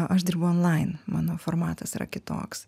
aš dirbu onlaine mano formatas yra kitoks